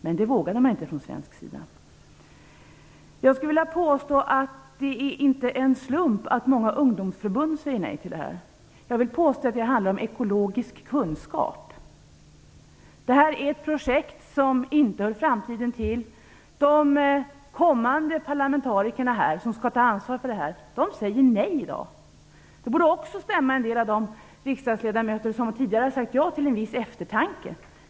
Men det vågade man inte från svensk sida. Jag skulle vilja påstå att det inte är en slump att många ungdomsförbund säger nej till det här projektet. Jag vill påstå att det här handlar om ekologisk kunskap. Det här är ett projekt som inte hör framtiden till. De kommande parlamentarikerna, som skall ta ansvaret för detta, säger i dag nej. Det borde också stämma de riksdagsledamöter som tidigare sagt ja till en viss eftertanke.